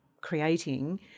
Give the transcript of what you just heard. creating